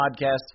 podcast